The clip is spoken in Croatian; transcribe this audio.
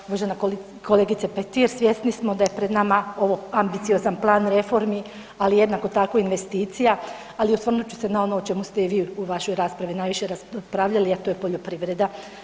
Pa uvažena kolegice Petir, svjesni smo da je pred nama ovo ambiciozan plan reformi, ali i jednako tako investicija, ali osvrnut ću se na ono o čemu ste i vi u vašoj raspravi najviše raspravljali, a to je poljoprivreda.